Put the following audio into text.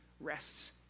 rests